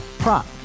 prop